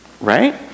Right